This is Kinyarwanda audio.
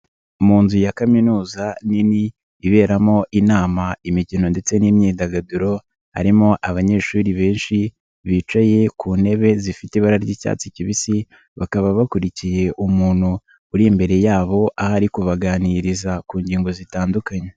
Mu nzu ya kaminuza nini iberamo inama, imikino ndetse n'imyidagaduro, harimo abanyeshuri benshi bicaye ku ntebe zifite ibara ry'icyatsi kibisi, bakaba bakurikiye umuntu uri imbere yabo, aho ari kubaganiriza ku ngingo zitandukanye.